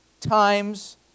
times